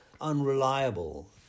unreliable